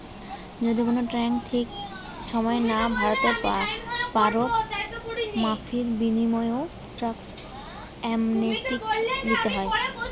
যদি কুনো ট্যাক্স ঠিক সময়ে না ভোরতে পারো, মাফীর বিনিময়ও ট্যাক্স অ্যামনেস্টি দিতে হয়